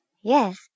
Yes